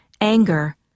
anger